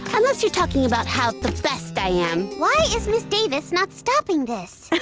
unless you're talking about how the best i am. why is ms. davis not stopping this?